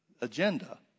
agenda